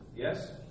Yes